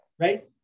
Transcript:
right